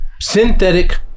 Synthetic